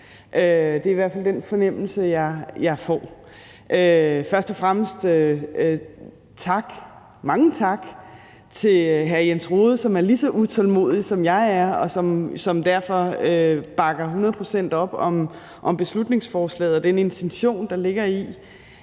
Det er i hvert fald den fornemmelse, jeg får. Først og fremmest mange tak til hr. Jens Rohde, som er lige så utålmodig, som jeg er, og som derfor bakker hundrede procent op om beslutningsforslaget og den intention, der ligger i,